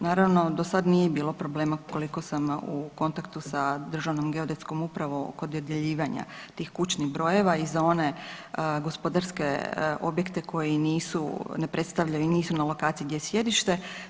Naravno, do sad nije bilo problema, koliko sam u kontaktu sa Državnom geodetskom upravom oko dodjeljivanja tih kućnih brojeva i za one gospodarske objekte koji nisu, ne predstavljaju i nisu na lokaciji gdje je sjedište.